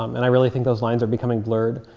um and i really think those lines are becoming blurred.